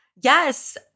Yes